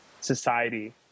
society